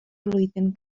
flwyddyn